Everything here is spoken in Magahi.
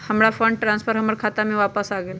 हमर फंड ट्रांसफर हमर खाता में वापस आ गेल